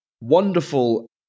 wonderful